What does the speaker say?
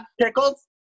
Pickles